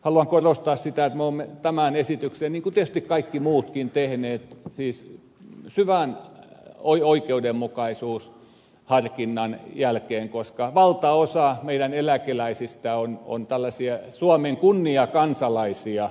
haluan korostaa sitä että me olemme tämän esityksen niin kuin tietysti kaikki muutkin tehneet siis syvän oikeudenmukaisuusharkinnan jälkeen koska valtaosa meidän eläkeläisistämme on tällaisia suomen kunniakansalaisia